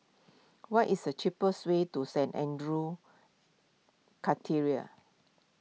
what is the cheapest way to Saint andrew's